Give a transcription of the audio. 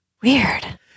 Weird